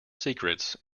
secrets